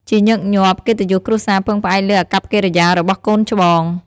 ជាញឹកញាប់ កិត្តិយសគ្រួសារពឹងផ្អែកលើអាកប្បកិរិយារបស់កូនច្បង។